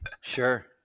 sure